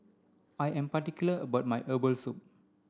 I am particular about my herbal soup